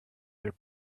their